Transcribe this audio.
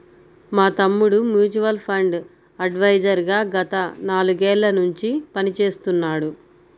మా తమ్ముడు mutual fund adviser గా గత నాలుగేళ్ళ నుంచి పనిచేస్తున్నాడు